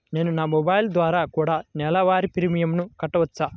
నేను నా మొబైల్ ద్వారా కూడ నెల వారి ప్రీమియంను కట్టావచ్చా?